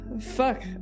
Fuck